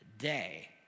day